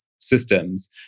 systems